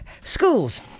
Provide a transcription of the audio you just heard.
schools